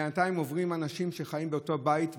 בינתיים עוברים אנשים שחיים באותו בית,